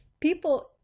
people